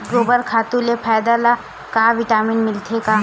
गोबर खातु ले फसल ल का विटामिन मिलथे का?